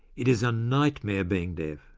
it is a nightmare being deaf,